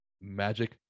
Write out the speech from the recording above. Magic